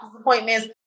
appointments